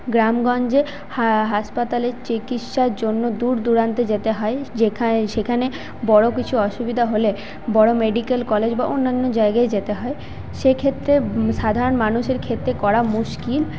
গ্রামগঞ্জে হা হাসপাতালে চিকিৎসার জন্য দূর দুরান্তে যেতে হয় যেখানে সেখানে বড়ো কিছু অসুবিধা হলে বড়ো মেডিকেল কলেজ বা অন্যানো জায়গায় যেতে হয় সেক্ষেত্রে সাধারণ মানুষের ক্ষেত্রে করা মুশকিল